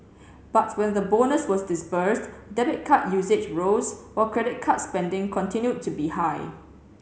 but when the bonus was disbursed debit card usage rose while credit card spending continued to be high